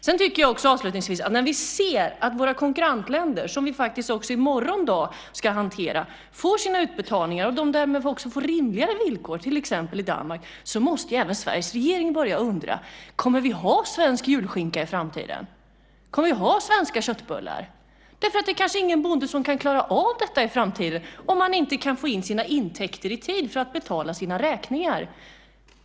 Avslutningsvis tycker jag att när vi ser att våra konkurrentländer, som vi faktiskt också i morgon dag ska hantera, får sina utbetalningar och att de därmed också får rimligare villkor, till exempel i Danmark, måste ju även Sveriges regering börja undra. Kommer vi att ha svensk julskinka i framtiden? Kommer vi att ha svenska köttbullar? Det är kanske ingen bonde som kan klara av detta i framtiden om man inte kan få sina intäkter i tid för att betala sina räkningar.